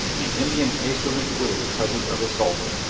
the indian hastily quitted the presence of the sultan,